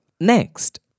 Next